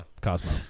Cosmo